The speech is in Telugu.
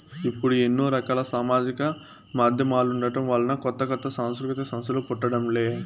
ఇప్పుడు ఎన్నో రకాల సామాజిక మాధ్యమాలుండటం వలన కొత్త కొత్త సాంస్కృతిక సంస్థలు పుట్టడం లే